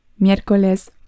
Miércoles